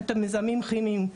את המזהמים הכימיים.